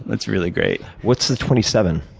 that's really great. what's the twenty seven?